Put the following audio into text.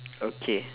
okay